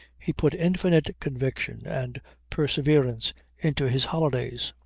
he put infinite conviction and perseverance into his holidays.